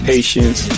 Patience